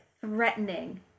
threatening